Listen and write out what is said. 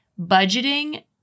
budgeting